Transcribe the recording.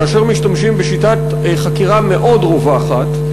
כאשר משתמשים בשיטת חקירה מאוד רווחת,